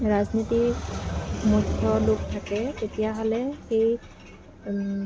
ৰাজনীতিৰ মুখ্য লোক থাকে তেতিয়াহ'লে সেই